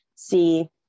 see